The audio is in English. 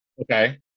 okay